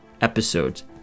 episodes